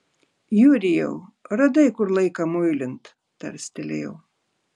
jurijau radai kur laiką muilint tarstelėjau